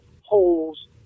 holes